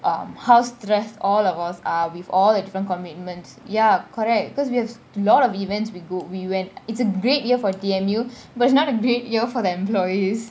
um house stressed all of us are with all the different commitments ya correct because we have a lot of events we go we went it's a great year for T_M_U but is not a great year for the employees